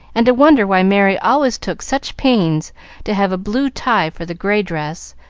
and to wonder why merry always took such pains to have a blue tie for the gray dress,